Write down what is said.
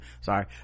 sorry